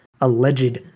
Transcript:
alleged